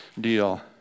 deal